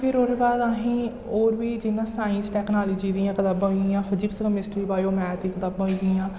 फिर ओह्दे बाद असें गी होर बी जि'यां साइंस टैकनालोजी दियां कताबां होई गेइयां फजिक्स कमिस्ट्री बायो मैथ दी कताबां होई गेइयां